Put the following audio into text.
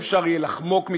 לא יהיה אפשר יהיה לחמוק מכך.